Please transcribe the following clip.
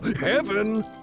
Heaven